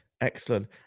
Excellent